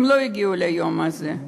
הם לא הגיעו ליום הזה.